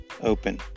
open